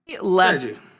left